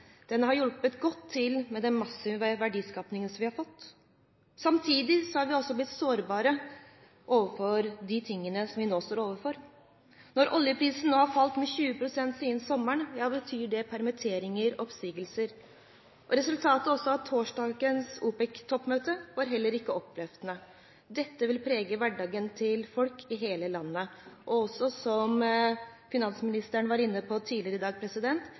Den har hjulpet godt med tanke på den massive verdiskapingen som vi har fått. Samtidig er vi blitt sårbare overfor det vi nå står overfor. Når oljeprisen har falt med 20 pst. siden i sommer, betyr det permitteringer og oppsigelser. Resultatet av torsdagens OPEC-toppmøte var heller ikke oppløftende. Dette vil prege hverdagen til folk i hele landet, og – som finansministeren var inne på tidligere i dag